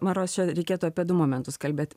ma ros čia reikėtų apie du momentus kalbėt